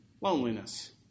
loneliness